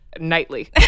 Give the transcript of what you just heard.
nightly